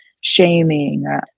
shaming